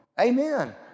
Amen